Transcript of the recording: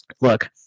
look